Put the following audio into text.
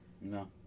No